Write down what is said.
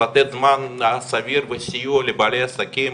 לתת זמן סביר בסיוע לבעלי עסקים,